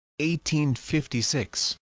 1856